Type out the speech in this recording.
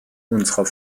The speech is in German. unserer